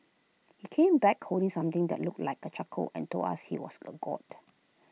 he came back holding something that looked like A charcoal and told us he was A God